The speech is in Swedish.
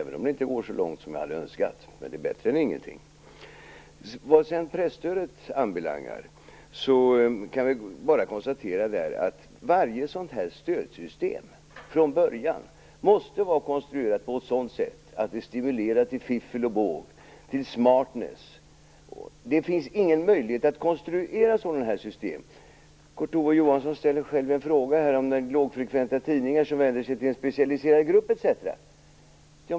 Det går inte så långt som jag hade önskat, men det är bättre än ingenting. Vad sedan presstödet anbelangar, kan vi bara konstatera att varje stödsystem från början måste vara konstruerat på ett sådant sätt att det stimulerar till fiffel och båg, till smartness. Det finns ingen möjlighet att konstruera sådana här system. Kurt Ove Johansson ställer själv en fråga om lågfrekventa tidningar som vänder sig till specialiserade grupper etc.